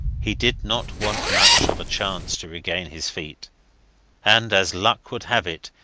he did not want much of a chance to regain his feet and as luck would have it,